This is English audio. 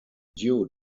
due